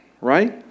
Right